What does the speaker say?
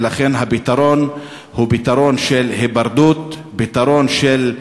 ולכן, הפתרון הוא פתרון של היפרדות, פתרון של,